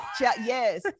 yes